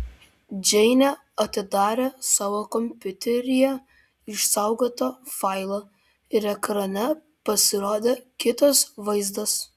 džeinė atidarė savo kompiuteryje išsaugotą failą ir ekrane pasirodė kitas vaizdas